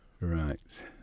Right